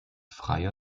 freier